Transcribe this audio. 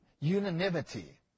unanimity